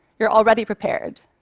you're already prepared.